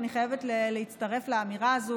אני חייבת להצטרף לאמירה הזאת,